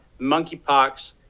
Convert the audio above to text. Monkeypox